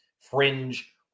fringe